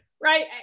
right